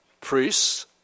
priests